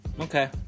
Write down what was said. Okay